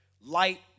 Light